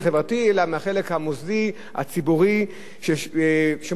שמוסדות חינוך ומוסדות ציבוריים ומבנים